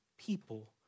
people